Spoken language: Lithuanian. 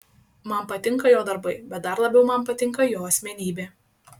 man patinka jo darbai bet dar labiau man patinka jo asmenybė